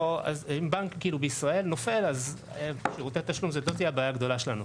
ואם בנק בישראל נופל אז שירותי תשלום זאת לא תהיה הבעיה הגדולה שלנו.